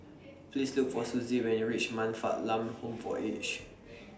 Please Look For Suzy when YOU REACH Man Fatt Lam Home For Aged